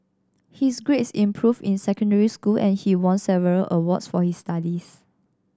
his grades improved in secondary school and he won several awards for his studies